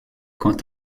quand